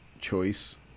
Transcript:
choice